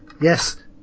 yes